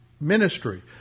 ministry